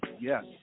yes